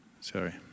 Sorry